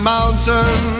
mountain